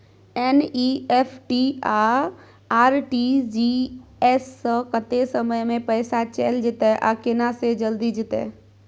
NEFT आ RTGS स कत्ते समय म पैसा चैल जेतै आ केना से जल्दी जेतै?